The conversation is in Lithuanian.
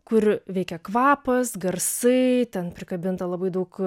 kur veikia kvapas garsai ten prikabinta labai daug